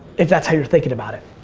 if that's how you're thinking about it.